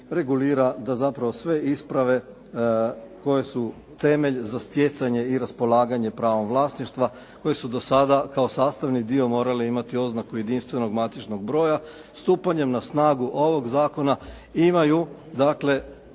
da zapravo sve isprave koje su temelj za stjecanje i raspolaganje pravom vlasništva koje su do sada kao sastavni dio morale imati oznaku jedinstvenog matičnog broja. Stupanjem na snagu ovog zakona imaju, dakle